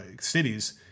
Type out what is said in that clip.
cities